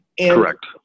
Correct